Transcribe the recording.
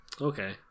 Okay